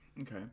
Okay